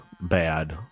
bad